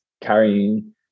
carrying